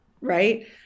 right